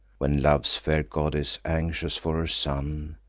when love's fair goddess, anxious for her son,